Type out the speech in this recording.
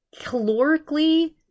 calorically